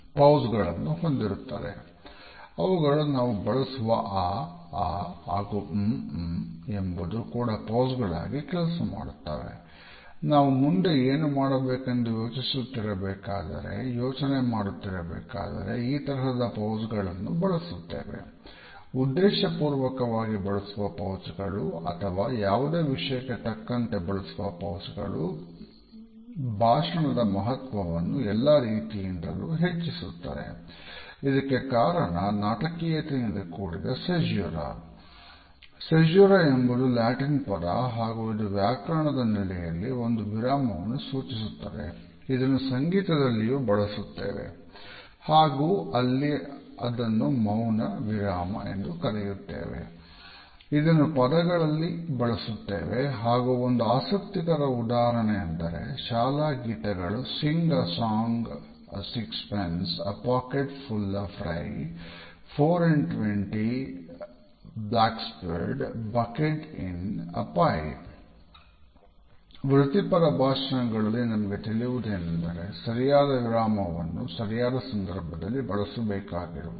ಸೆಜ್ಯೂರ ವೃತ್ತಿಪರ ಭಾಷಣಗಳಲ್ಲಿ ನಮಗೆ ತಿಳಿಯುವುದೇನೆಂದರೆ ಸರಿಯಾದ ವಿರಾಮವನ್ನು ಸರಿಯಾದ ಸಂಧರ್ಭದಲ್ಲಿ ಬಳಸಬೇಕಾಗಿರುವುದು